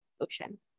Ocean